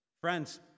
Friends